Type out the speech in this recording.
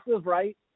right